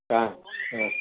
ஆ ஆ